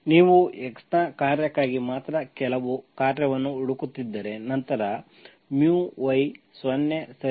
ನೀವು x ನ ಕಾರ್ಯಕ್ಕಾಗಿ ಮಾತ್ರ ಕೆಲವು ಕಾರ್ಯವನ್ನು ಹುಡುಕುತ್ತಿದ್ದರೆ ನಂತರ y 0 ಸರಿ